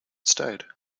stayed